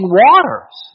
waters